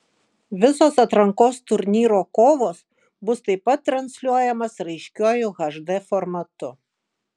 visos atrankos turnyro kovos bus taip pat transliuojamos raiškiuoju hd formatu